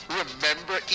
remember